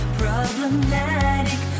problematic